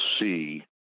see